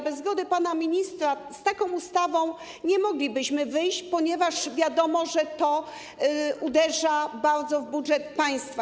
Bez zgody pana ministra z taką ustawą nie moglibyśmy wyjść, ponieważ wiadomo, że to bardzo uderza w budżet państwa.